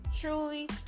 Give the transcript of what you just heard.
Truly